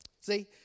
See